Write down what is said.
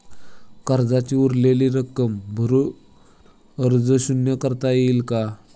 कर्जाची उरलेली रक्कम भरून कर्ज शून्य करता येईल का?